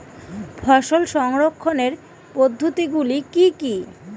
ফসল সংরক্ষণের পদ্ধতিগুলি কি কি?